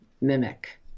mimic